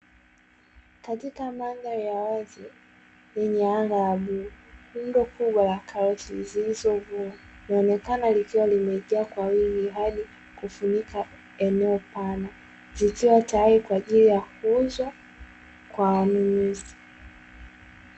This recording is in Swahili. Katika mandhari ya wazi yenye anga la bluu, lundo kubwa la karoti zilizovunwa linaonekana limejaa kwa wingi hadi kufunika eneo pana. Zikiwa tayari kwa ajili ya kuuzwa kwa wanunuzi.